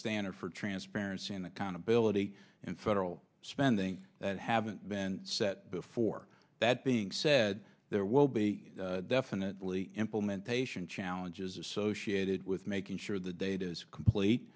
standard for transparency and accountability in federal spending that haven't been set before that being said there will be definitely implementation challenges associated with making sure the data is complete